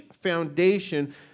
foundation